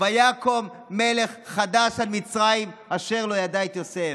"ויקם מלך חדש על מצרים אשר לא ידע את יוסף,